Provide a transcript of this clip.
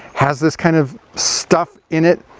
has this kind of stuff in it,